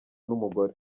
n’umugore